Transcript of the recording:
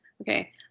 Okay